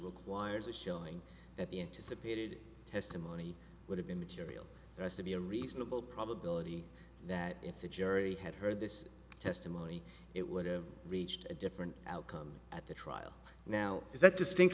requires a shilling at the anticipated testimony would have been material that has to be a reasonable probability that if the jury had heard this testimony it would have reached a different outcome at the trial now is that distinct